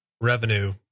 revenue